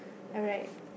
all right